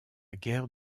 guerre